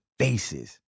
faces